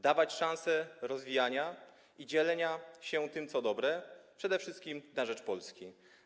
Dawać jej szansę rozwijania się i dzielenia tym, co dobre, przede wszystkim na rzecz Polski.